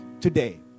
today